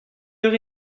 eur